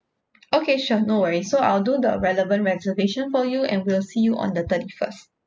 okay sure no worries so I'll do the relevant reservation for you and we'll see you on the thirty first